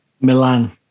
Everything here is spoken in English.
Milan